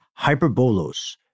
Hyperbolos